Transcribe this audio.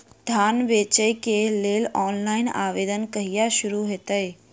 धान बेचै केँ लेल ऑनलाइन आवेदन कहिया शुरू हेतइ?